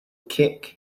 kick